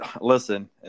listen